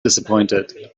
disappointed